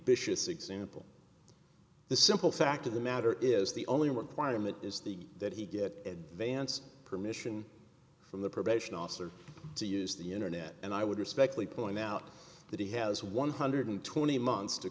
tious example the simple fact of the matter is the only requirement is the that he get advance permission from the probation officer to use the internet and i would respectfully point out that he has one hundred twenty months to